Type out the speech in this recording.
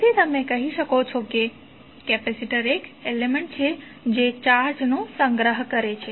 તેથી તમે કહી શકો છો કે કેપેસિટર એક એલિમેન્ટ્ છે જે ચાર્જ સંગ્રહ કરે છે